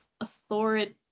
authoritative